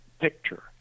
picture